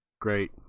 Great